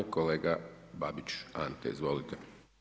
Kolega Babić Ante, izvolte.